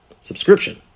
subscription